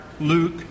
Luke